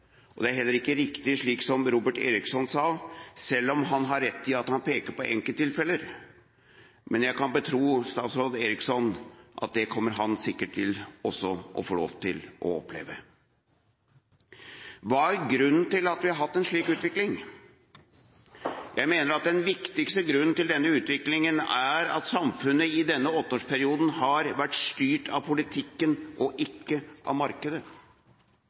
Det er heller ikke riktig, det som Robert Eriksson sa – selv om han har rett i at han peker på enkelttilfeller – men jeg kan betro statsråd Eriksson at det kommer han sikkert til også å få lov til å oppleve. Hva er grunnen til at vi har hatt en slik utvikling? Jeg mener at den viktigste grunnen til denne utviklingen er at samfunnet i denne åtteårsperioden har vært styrt av politikken og ikke av markedet.